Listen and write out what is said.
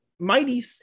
Mighty